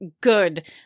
good